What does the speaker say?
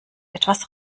etwas